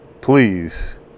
please